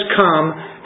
come